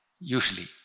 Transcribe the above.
Usually